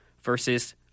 Versus